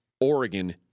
Oregon